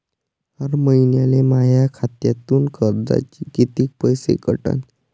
हर महिन्याले माह्या खात्यातून कर्जाचे कितीक पैसे कटन?